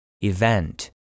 Event